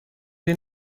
این